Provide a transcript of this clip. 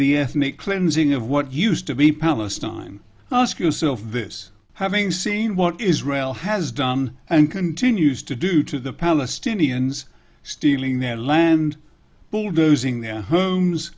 the ethnic cleansing of what used to be palestine ask yourself this having seen what israel has done and continues to do to the palestinians stealing their land bulldozing their homes